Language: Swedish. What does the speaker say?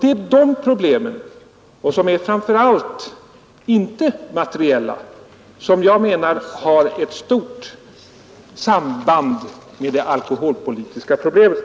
Det är dessa problem, framför allt de icke-materiella, som enligt min mening har ett nära samband med det alkoholpolitiska problemet.